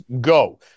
go